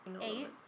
eight